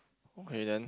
okay then